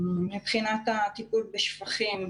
מבחינת הטיפול בשפכים,